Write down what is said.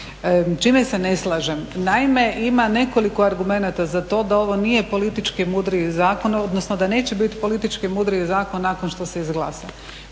čime se ne slažem? Naime, ima nekoliko argumenata za to da ovo nije politički mudriji zakon, odnosno da neće biti politički mudriji zakon nakon što se izglasa.